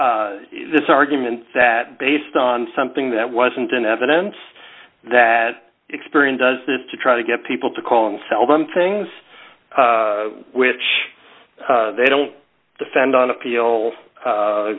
this argument that based on something that wasn't in evidence that experience does this to try to get people to call and sell them things which they don't defend on appeal